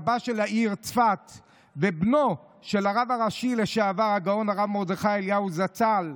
רבה של העיר צפת ובנו של הרב הראשי לשעבר הגאון הרב מרדכי אליהו זצ"ל,